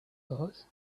but